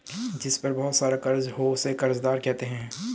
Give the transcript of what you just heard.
जिस पर बहुत सारा कर्ज हो उसे कर्जदार कहते हैं